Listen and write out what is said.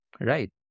Right